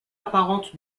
apparente